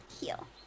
heal